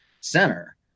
center